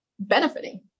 benefiting